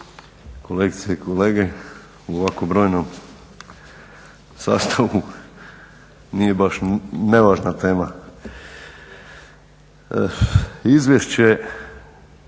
kolegice i kolege u ovako brojnom sastavu, nije baš nevažna tema. Izvješće